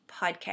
podcast